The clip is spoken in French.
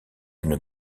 une